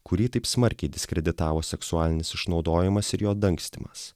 kurį taip smarkiai diskreditavo seksualinis išnaudojimas ir jo dangstymas